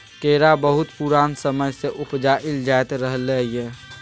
केरा बहुत पुरान समय सँ उपजाएल जाइत रहलै यै